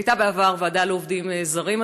הייתה בעבר ועדה לעובדים זרים,